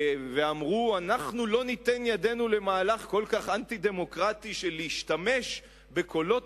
ואמרו: אנחנו לא ניתן ידנו למהלך כל כך אנטי-דמוקרטי של שימוש בקולות